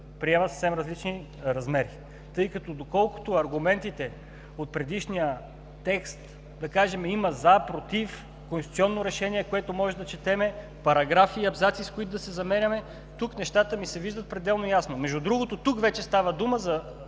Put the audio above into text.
приема съвсем различни размери, тъй като доколкото аргументите от предишния текст, да кажем има „за“, „против“, конституционно решение, което може да четем, параграфи и абзаци, с които да се замеряме, тук нещата ми се виждат пределно ясни. Между другото, тук вече става дума за